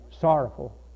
sorrowful